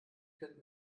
können